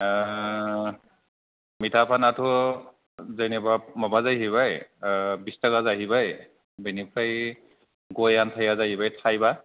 मिटाफानाथ' जेनेबा माबा जाहैबाय बिस थाखा जाहैबाय बेनिफ्राय गय आनथाया जाहैबाय थायबा